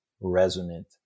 resonant